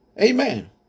Amen